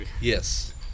yes